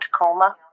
Tacoma